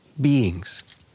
beings